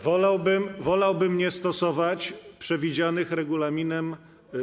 Wolałbym nie stosować przewidzianych regulaminem.